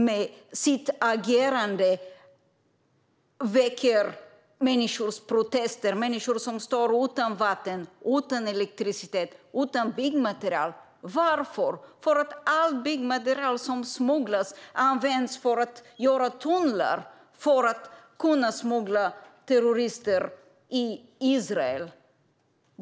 Med sitt agerande väcker de människors protester - människor som står utan vatten, elektricitet och byggnadsmaterial. Varför? Jo, för att allt byggnadsmaterial som smugglas in används för att göra tunnlar för att kunna smuggla in terrorister i Israel.